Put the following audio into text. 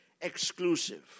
exclusive